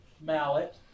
mallet